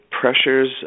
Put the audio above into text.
pressures